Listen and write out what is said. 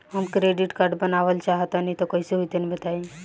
हम credit card बनवावल चाह तनि कइसे होई तनि बताई?